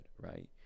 right